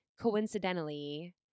coincidentally